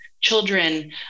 children